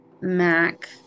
Mac